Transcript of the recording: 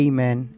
Amen